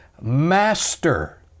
master